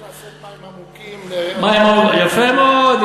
לעשות מים עמוקים, מים עמוקים, יפה מאוד.